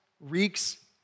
reeks